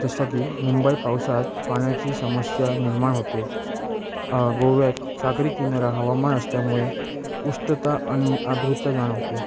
जसं की मुंबई पावसाळ्यात पाण्याची समस्या निर्माण होते गोव्यात सागरी किनारा हवामान असल्यामुळे उष्णता आणि आर्द्रता जाणवते